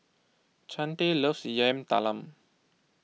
Chante loves Yam Talam